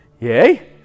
Yay